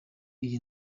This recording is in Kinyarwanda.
iyi